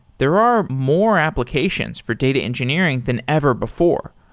there are more applications for data engineering than ever before,